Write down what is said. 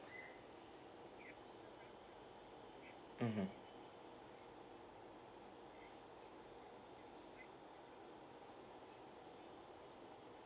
mmhmm